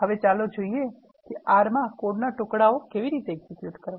હવે ચાલો જોઈએ કે R માં કોડના ટુકડાઓ કેવી રીતે એક્ઝેક્યુટ કરવા